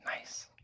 Nice